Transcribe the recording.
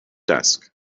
desk